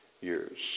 years